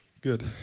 good